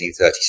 1837